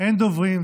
אין דוברים.